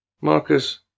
Marcus